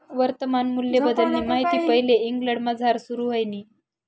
वर्तमान मूल्यबद्दलनी माहिती पैले इंग्लंडमझार सुरू व्हयनी